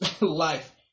life